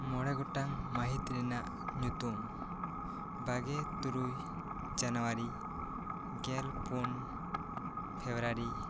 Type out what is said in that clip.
ᱢᱚᱬᱮ ᱜᱚᱴᱟᱝ ᱢᱟᱹᱦᱤᱛ ᱨᱮᱱᱟᱜ ᱧᱩᱛᱩᱢ ᱵᱟᱜᱮ ᱛᱩᱨᱩᱭ ᱡᱟᱱᱣᱟᱨᱤ ᱜᱮᱞᱯᱩᱱ ᱯᱷᱮᱵᱽᱨᱟᱨᱤ